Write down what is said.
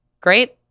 Great